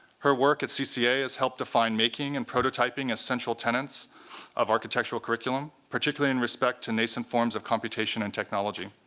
her work at cca has helped define making and prototyping as central tenants of architectural curriculum, particularly in respect to nascent forms of computation and technology.